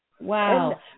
Wow